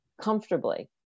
comfortably